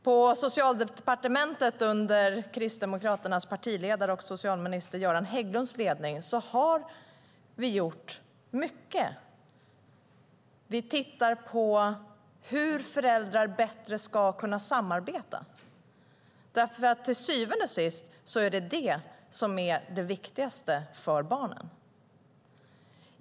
På Socialdepartementet under Kristdemokraternas partiledare och socialminister Göran Hägglunds ledning har vi gjort mycket. Vi tittar på hur föräldrar bättre ska kunna samarbeta. Till syvende och sist är det detta som är det viktigaste för barnen.